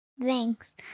Thanks